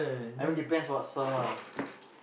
I mean depends what song lah